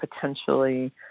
potentially